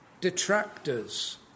detractors